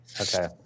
Okay